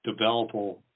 developable